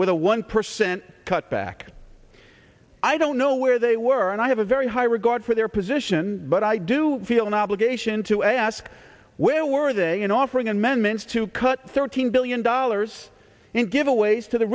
with a one percent cut back i don't know where they were and i have a very high regard for their position but i do feel an obligation to ask where were they in offering amendments to cut thirteen billion dollars in giveaways to the